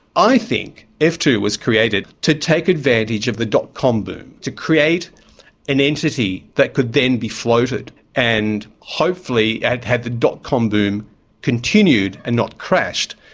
i think f two was created to take advantage of the dotcom boom, to create an entity that could then be floated and hopefully, had had the dotcom boom continued and not crashed,